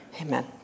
Amen